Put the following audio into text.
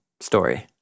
story